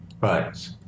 right